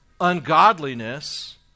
ungodliness